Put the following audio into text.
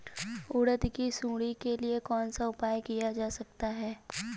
उड़द की सुंडी के लिए कौन सा उपाय किया जा सकता है?